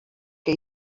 que